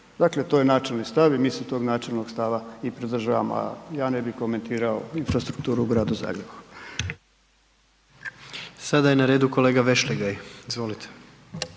Dakle, to je načelni stav i mi se tog načelnog stava i pridržavamo, a ja ne bi komentirao infrastrukturu u Gradu Zagrebu. **Jandroković, Gordan (HDZ)** Sada je na redu kolega Vešligaj, izvolite.